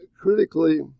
critically